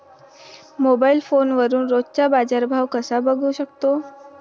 Mobile फोनवरून रोजचा बाजारभाव कसा बघू शकतो?